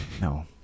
No